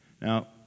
Now